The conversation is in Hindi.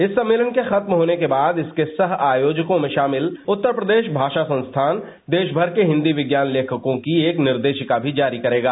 इस सम्मेलन के खत्म होने के बाद इसके सह आयोजकों में शामिल उत्तर प्रदेश भाषा संस्थान देश भर के हिंदी विज्ञान लेखकों की एक निर्देशिका भी जारी करेगा